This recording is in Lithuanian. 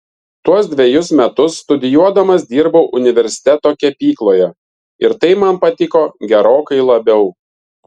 tuos dvejus metus studijuodamas dirbau universiteto kepykloje ir tai man patiko gerokai labiau